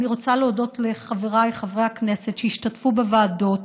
אני רוצה להודות לחבריי חברי הכנסת שהשתתפו בישיבות ה וועדות